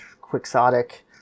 quixotic